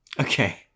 Okay